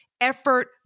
effort